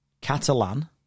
Catalan